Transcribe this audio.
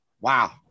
Wow